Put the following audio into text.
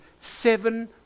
seven